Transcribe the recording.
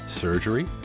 surgery